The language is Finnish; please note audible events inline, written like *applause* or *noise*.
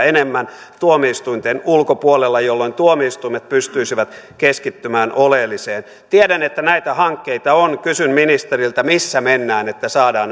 *unintelligible* enemmän tuomioistuinten ulkopuolella jolloin tuomioistuimet pystyisivät keskittymään oleelliseen tiedän että näitä hankkeita on kysyn ministeriltä missä mennään että saadaan *unintelligible*